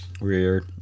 weird